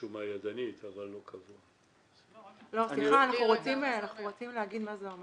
נניח שאני המוסד לביטוח